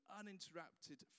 uninterrupted